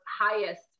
highest